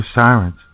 sirens